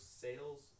sales